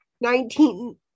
nineteen